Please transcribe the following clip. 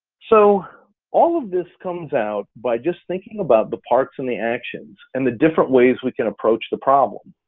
so all of this comes out by just thinking about the parts and the actions and the different ways we can approach the problem.